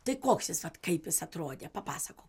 tai koks jis vat kaip jis atrodė papasakok